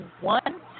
one